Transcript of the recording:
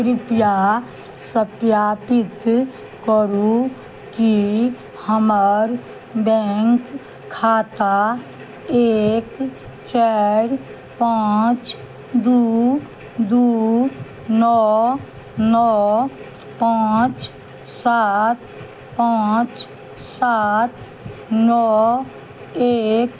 कृपया सत्यापित करू की हमर बैंक खाता एक चारि पाँच दू दू नओ नओ पाँच सात पाँच सात नओ एक